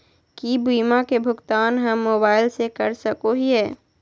की बीमा के भुगतान हम मोबाइल से कर सको हियै?